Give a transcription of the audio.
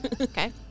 okay